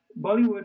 Bollywood